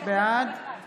בעד